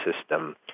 system